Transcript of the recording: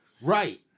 right